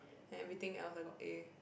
everything else I got A